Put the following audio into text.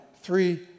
three